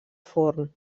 forn